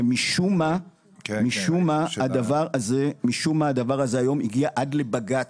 ומשום מה הדבר הזה הגיע היום עד לבג"ץ,